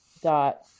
Dot